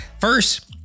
first